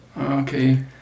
Okay